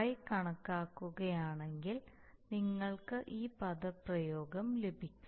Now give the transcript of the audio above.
y കണക്കാക്കുകയാണെങ്കിൽ നിങ്ങൾക്ക് ഈ പദപ്രയോഗം ലഭിക്കും